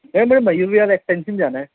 سر میں میور وہار ایکسٹینسن جانا ہے